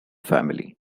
family